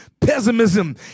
pessimism